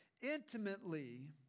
intimately